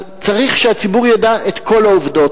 אז צריך שהציבור ידע את כל העובדות.